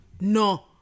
No